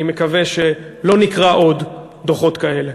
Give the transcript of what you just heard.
אני מקווה שלא נקרא עוד דוחות כאלה.